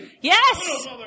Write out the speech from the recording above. Yes